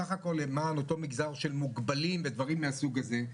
סך הכול למען אותו מגזר של מוגבלים ודברים מהסוג הזה,